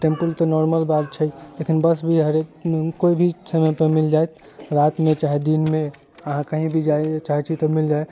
तऽ टेम्पू तऽ नॉर्मल बात छै तखन बस भी है हरेक कोइ भी समय पे मिल जायत राति मे चाहे दिन मे अहाँ कहीं भी जाय लए चाहे छी तऽ मिल जाय